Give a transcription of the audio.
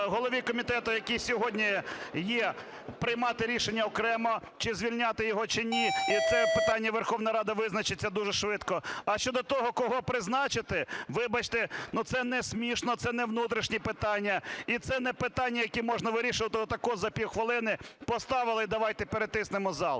голові комітету, який сьогодні є, приймати рішення окремо, чи звільняти його, чи ні, і це питання - Верховна Рада визначиться дуже швидко. А щодо того, кого призначити, вибачте, це не смішно, це не внутрішні питання, і це не питання, які можна вирішувати отак: за півхвилини поставили0 і давайте перетиснемо зал.